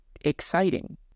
exciting